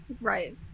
Right